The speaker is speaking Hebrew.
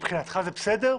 מבחינתך זה בסדר?